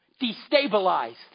destabilized